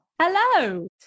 Hello